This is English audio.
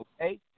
okay